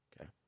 okay